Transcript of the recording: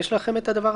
האם יש לכם את זה?